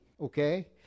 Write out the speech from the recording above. okay